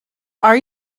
are